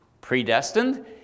predestined